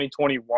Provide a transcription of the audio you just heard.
2021